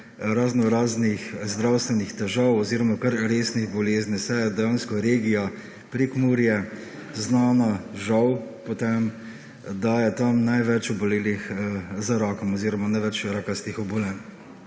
raznoraznih zdravstvenih težav oziroma kar resnih bolezni, saj je dejansko regija Prekmurje znana, žal, po tem, da je tam največ obolelih za rakom oziroma največ rakastih obolenj.